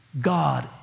God